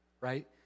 right